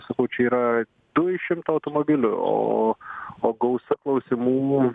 sakau čia yra du iš šimto automobilių o o gausa klausimų